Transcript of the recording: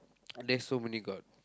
there's so many god